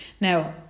Now